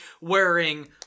wearing